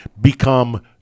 become